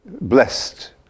blessed